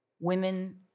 Women